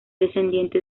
descendiente